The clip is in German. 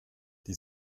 die